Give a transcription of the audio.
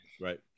Right